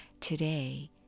Today